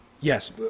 yes